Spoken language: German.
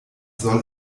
soll